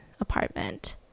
apartment